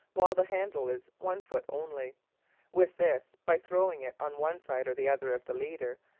while the handle is one foot only with this, by throwing it on one side or the other of the leader,